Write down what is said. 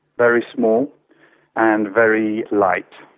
very small and very light,